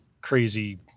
crazy